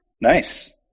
Nice